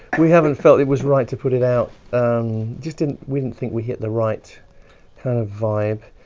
we haven't felt it was, right to put it out just didn't, we didn't think we hit the right kind of vibe.